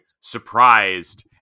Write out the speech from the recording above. surprised